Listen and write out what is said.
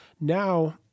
Now